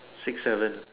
six seven